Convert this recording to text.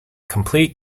complete